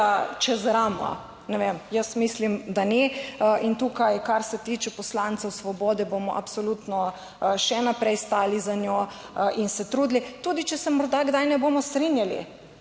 čez ramo. Ne vem. Jaz mislim, da ni. In tukaj, kar se tiče poslancev svobode, bomo absolutno še naprej stali za njo in se trudili, tudi če se morda kdaj ne bomo strinjali.